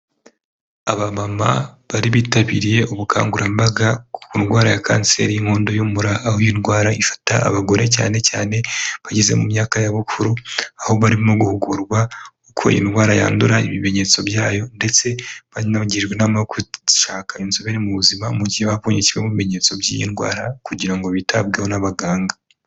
Abamama bari bitabiriye ubukangurambaga ku ndwara ya kanseri y'inkondo y'umura, aho iyi ndwara ifata abagore cyane cyane bageze mu myaka ya bukuru, aho barimo guhugurwa uko indwara yandura, ibimenyetso byayo ndetse banagirwa inama yo gushaka inzobere mu buzima mu gihe bobonye kimwe mu bimenyetso by'iyi ndwara, kugira ngo bitabweho n'abaganga.